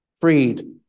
freed